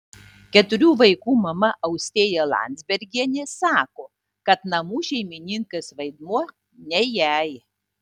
keturių vaikų mama austėja landzbergienė sako kad namų šeimininkės vaidmuo ne jai